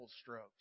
strokes